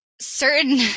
certain